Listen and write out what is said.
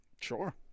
Sure